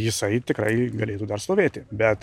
jisai tikrai galėtų dar stovėti bet